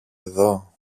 εδώ